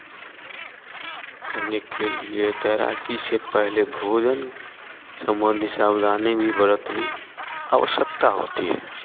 करने के लिए तैराकी से पहले भोजन संबंधी सावधानी भी बरतनी आवश्यकता होती है